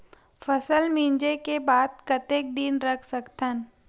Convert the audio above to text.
फसल मिंजे के बाद कतेक दिन रख सकथन?